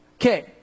Okay